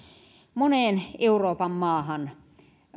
moneen euroopan maahan